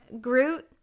Groot